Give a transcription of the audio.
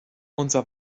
unser